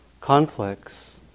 conflicts